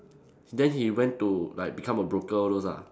then he went to like become a broker all those lah